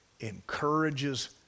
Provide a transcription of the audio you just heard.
encourages